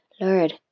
Lord